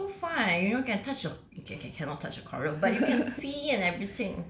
ya but so far eh you know can touch the co~ okay okay cannot touch the coral but you can see kan everything